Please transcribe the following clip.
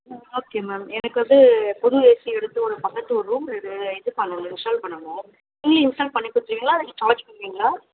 ம் okay ma'am எனக்கு வந்து புது ஏசி எடுத்து ஒரு பக்கத்து ஒரு ரூம் இது இது பண்ணணும் இன்ஸ்டால் பண்ணணும் நீங்கள் இன்ஸ்டால் பண்ணி கொடுத்துருவீங்களா இல்லை சார்ஜ் பண்ணுவீங்களா